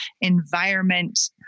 environment